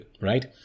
right